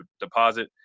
deposit